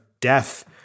death